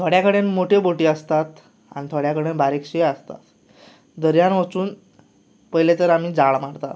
थोड्यां कडेन मोठ्यो बोटी आसता आनी थोड्यां कडेन बारिकशी आसता दर्यांत वचून पयलीं तर आमीं जाळ मारतात